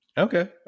Okay